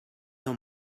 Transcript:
dans